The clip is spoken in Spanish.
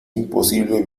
imposible